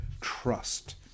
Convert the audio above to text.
trust